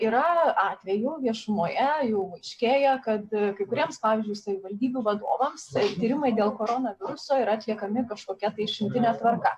yra atvejų viešumoje jau aiškėja kad kai kuriems pavyzdžiui savivaldybių vadovams tai tyrimai dėl koronaviruso yra atliekami kažkokia tai išimtine tvarka